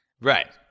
Right